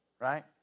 Right